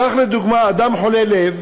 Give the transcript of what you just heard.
כך, לדוגמה, אדם חולה לב